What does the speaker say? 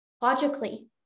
logically